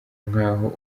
nk’aho